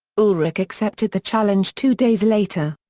ulrich accepted the challenge two days later.